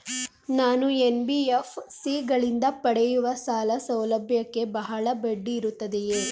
ನಾನು ಎನ್.ಬಿ.ಎಫ್.ಸಿ ಗಳಿಂದ ಪಡೆಯುವ ಸಾಲ ಸೌಲಭ್ಯಕ್ಕೆ ಬಹಳ ಬಡ್ಡಿ ಇರುತ್ತದೆಯೇ?